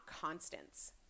constants